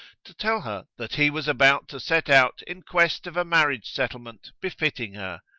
to tell her that he was about to set out in quest of a marriage settle ment befitting her,